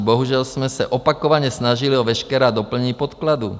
Bohužel jsme se opakovaně snažili o veškerá doplnění podkladů.